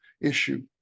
issue